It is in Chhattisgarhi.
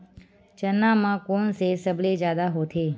चना म कोन से सबले जादा होथे?